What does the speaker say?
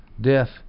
death